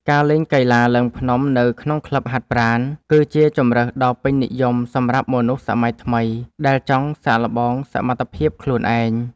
ការលេងកីឡាឡើងភ្នំនៅក្នុងក្លឹបហាត់ប្រាណ គឺជាជម្រើសដ៏ពេញនិយមសម្រាប់មនុស្សសម័យថ្មី ដែលចង់សាកល្បងសមត្ថភាពខ្លួនឯង។